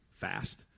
fast